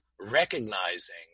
recognizing